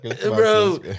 Bro